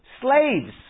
slaves